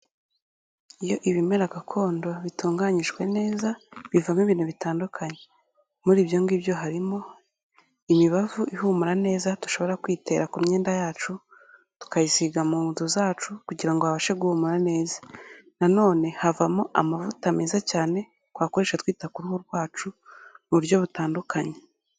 Iyo ibimera gakondo bitunganyijwe neza bivamo ibintu bitandukanye, muri ibyo ngibyo harimo imibavu ihumura neza dushobora kwitera ku myenda yacu, tukayisiga mu nzu zacu kugira ngo habashe guhumura neza, nanone havamo amavuta meza cyane twakoresha twita ku ruhu rwacu mu buryo butandukanye.